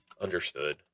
understood